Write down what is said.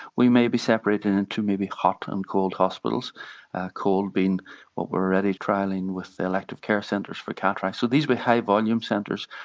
we may be separated into maybe hot and cold hospitals cold being what we're already trialling with elective care centres for cataracts, so these be high volume centres,